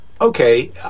Okay